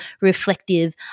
reflective